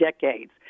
decades